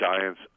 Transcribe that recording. Giants